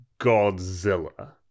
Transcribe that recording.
Godzilla